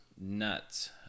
nuts